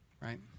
Right